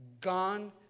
gone